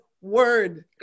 word